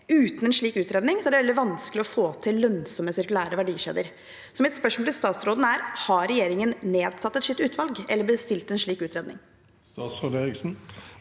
Uten en slik utredning er det veldig vanskelig å få til lønnsomme sirkulære verdikjeder. Mitt spørsmål til statsråden er: Har regjeringen nedsatt et slikt utvalg eller bestilt en slik utredning?